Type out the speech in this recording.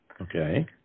Okay